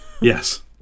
Yes